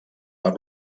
per